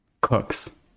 Cooks